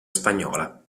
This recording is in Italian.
spagnola